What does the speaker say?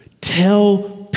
Tell